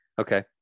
Okay